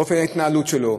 באופן ההתנהלות שלו,